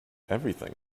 everything